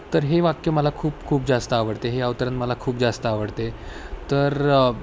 तर हे वाक्य मला खूप खूप जास्त आवडते हे अवतरण मला खूप जास्त आवडते तर